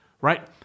right